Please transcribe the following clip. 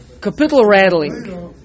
capital-rattling